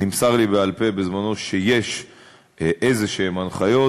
נמסר לי בעל-פה בזמנה שיש הנחיות כלשהן.